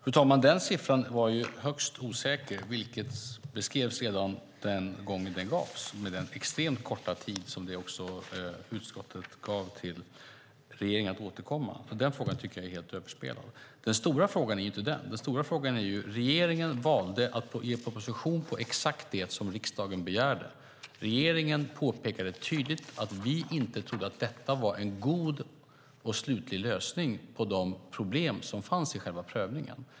Fru talman! Den siffran var högst osäker, vilket beskrevs redan den gång den gavs med den extremt korta tid som utskottet gav regeringen för att återkomma. Den frågan tycker jag är helt överspelad. Den stora frågan är inte denna. Den stora frågan är att regeringen valde att i en proposition på exakt det som riksdagen begärde påpeka tydligt att vi inte trodde att detta var en god och slutlig lösning på de problem som fanns i själva prövningen.